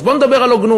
אז בוא נדבר על הוגנות.